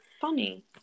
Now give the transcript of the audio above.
Funny